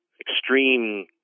extreme